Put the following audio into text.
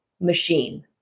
machine